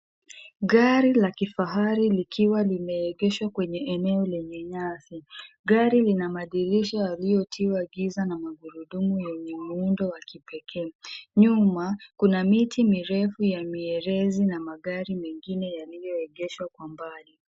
Gari la kifahari likiwa limeegeshwa kwenye eneo lenye nyasi, gari lina madirisha yaliyotiwa giza na magurudumu yenye muundo wa kipekee. Nyuma, kuna miti mirefu ya mierezi na magari mengine yaliyo egeshwa kwa mbali.